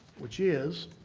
which is